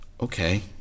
okay